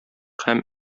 һәм